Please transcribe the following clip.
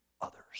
others